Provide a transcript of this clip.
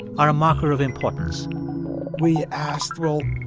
are a marker of importance we asked, well,